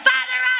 Father